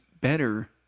better –